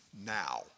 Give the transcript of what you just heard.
now